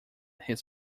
his